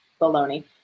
baloney